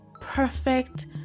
perfect